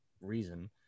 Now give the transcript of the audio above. reason